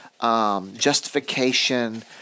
Justification